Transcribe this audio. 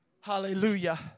Hallelujah